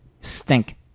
stink